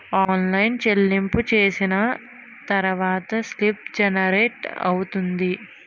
online చెల్లింపులు చేసిన తర్వాత స్లిప్ జనరేట్ అవుతుంది